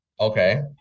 okay